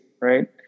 right